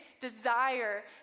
desire